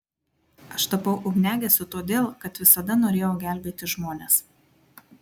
aš tapau ugniagesiu todėl kad visada norėjau gelbėti žmones